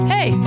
Hey